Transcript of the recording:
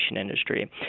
industry